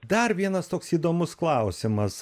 dar vienas toks įdomus klausimas